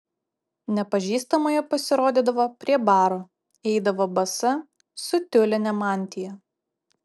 nepažįstamoji pasirodydavo prie baro eidavo basa su tiuline mantija